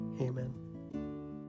Amen